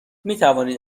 میتوانید